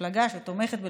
במפלגה שתומכת בלגליזציה,